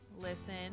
listen